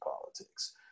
politics